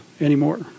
anymore